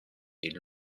est